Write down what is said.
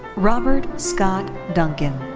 robert scott dunkin.